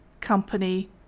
company